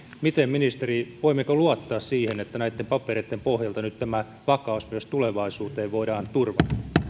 ministeri voimmeko luottaa siihen että näitten papereitten pohjalta nyt tämä vakaus myös tulevaisuuteen voidaan turvata